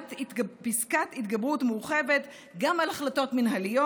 פסקת התגברות מורחבת גם על החלטות מינהליות,